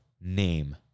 name